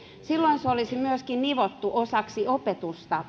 silloin oman kulttuuriperinnön ymmärtäminen olisi myöskin nivottu osaksi opetusta